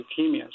leukemias